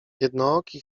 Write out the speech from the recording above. jednooki